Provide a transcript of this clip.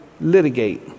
litigate